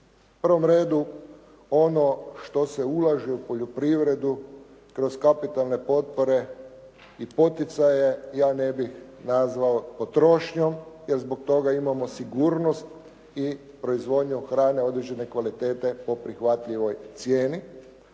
prvom redu ono što se ulaže u poljoprivredu kroz kapitalne potpore i poticaje ja ne bih nazvao potrošnjom, jer zbog toga imamo sigurnost i proizvodnju hrane određene kvalitete po prihvatljivoj cijeni.